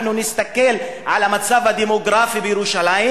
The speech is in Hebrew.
אנחנו נסתכל גם על המצב הדמוגרפי בירושלים,